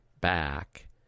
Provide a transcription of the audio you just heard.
back